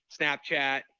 Snapchat